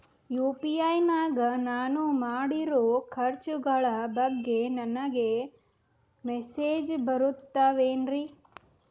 UPI ನಾಗ ನಾನು ಮಾಡಿರೋ ಖರ್ಚುಗಳ ಬಗ್ಗೆ ನನಗೆ ಮೆಸೇಜ್ ಬರುತ್ತಾವೇನ್ರಿ?